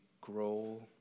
grow